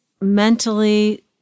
mentally